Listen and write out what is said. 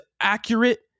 accurate